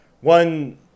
one